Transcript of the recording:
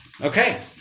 Okay